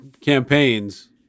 campaigns